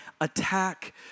attack